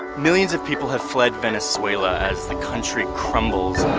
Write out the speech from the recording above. millions of people have fled venezuela as the country crumbles.